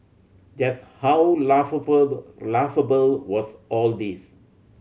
just how laughable was all this